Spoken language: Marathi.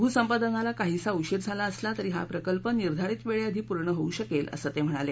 भूसंपादनाला काहीसा उशीर झाला असला तरी हा प्रकल्प निर्धारित वेळेआधी पूर्ण होऊ शकेल असं ते म्हणाले